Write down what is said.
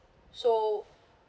so